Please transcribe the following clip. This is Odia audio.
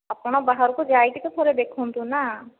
ଆପଣ ବାହାରକୁ ଯାଇକି ତ ଥରେ ଦେଖନ୍ତୁ ନା